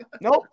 nope